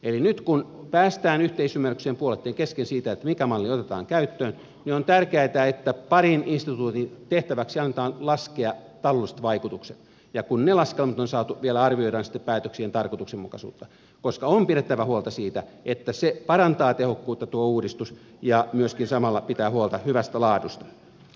eli nyt kun päästään yhteisymmärrykseen puolueitten kesken siitä mikä malli otetaan käyttöön niin on tärkeätä että parin instituutin tehtäväksi annetaan laskea taloudelliset vaikutukset ja kun ne laskelmat on saatu vielä arvioidaan sitten päätöksien tarkoituksenmukaisuutta koska on pidettävä huolta siitä että tuo uudistus parantaa tehokkuutta ja myöskin samalla pitää huolta hyvästä laadusta